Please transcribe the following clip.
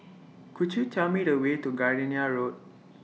Could YOU Tell Me The Way to Gardenia Road